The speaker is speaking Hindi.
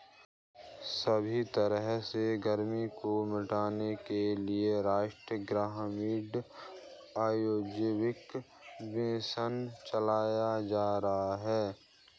सभी तरह से गरीबी को मिटाने के लिये राष्ट्रीय ग्रामीण आजीविका मिशन चलाया जा रहा है